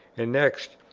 and, next,